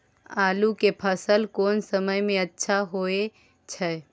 आलू के फसल कोन समय में अच्छा होय छै?